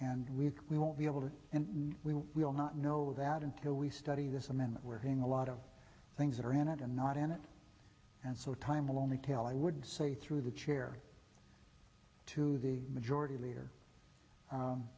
and we we won't be able to and we will not know that until we study this amendment we're hearing a lot of things that are in it and not in it and so time will only tell i would say through the chair to the majority leader